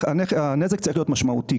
הנזק צריך להיות משמעותי,